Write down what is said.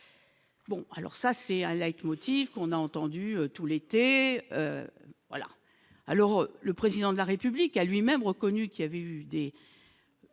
bon alors ça c'est un leitmotiv, qu'on a entendu tout l'été, voilà alors le président de la République a lui-même reconnu qu'il avait eu des,